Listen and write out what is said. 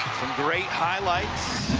some great highlights